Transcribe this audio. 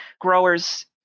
Growers